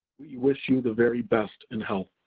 we wish you the very best in health.